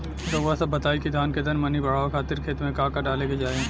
रउआ सभ बताई कि धान के दर मनी बड़ावे खातिर खेत में का का डाले के चाही?